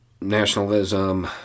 nationalism